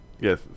yes